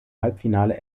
halbfinale